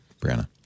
Brianna